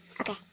Okay